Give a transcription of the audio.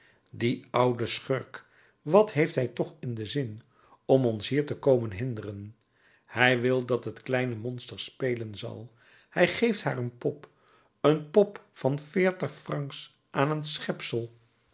die oude schurk wat heeft hij toch in den zin om ons hier te komen hinderen hij wil dat het kleine monster spelen zal hij geeft haar een pop een pop van veertig francs aan een